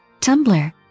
Tumblr